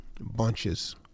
Bunches